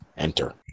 Enter